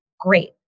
Great